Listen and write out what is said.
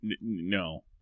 No